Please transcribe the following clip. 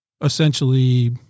essentially